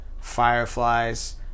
Fireflies